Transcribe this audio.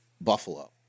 Buffalo